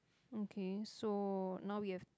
okay so now we have